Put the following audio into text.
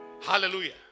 Hallelujah